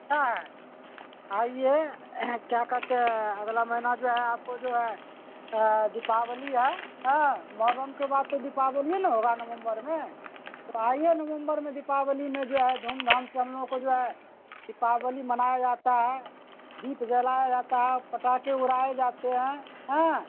اچھا ہے آئیے کیا کہتے ہیں اگلا مہینہ جو ہے آپ کو جو ہے دیپاولی ہے ایں محرم کے بعد تو دیپاولی ہی نا ہوگا نومبر میں تو آئیے نومبر میں دیپاولی میں جو ہے دھوم دھام سے ہم لوگوں کو جو ہے دیپاولی منایا جاتا ہے دیپ جلایا جاتا ہے پٹاخے اڑائے جاتے ہیں ایں